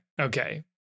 Okay